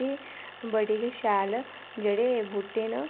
ते बड़ी गै शैल जेह्डे़ बूह्टे न